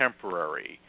temporary